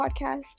podcast